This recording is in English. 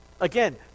Again